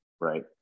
Right